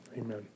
Amen